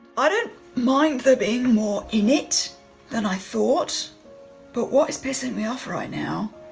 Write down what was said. i don't mind there being more in it than i thought but what is pissing me off right now